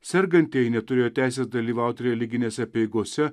sergantieji neturėjo teisės dalyvauti religinėse apeigose